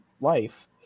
life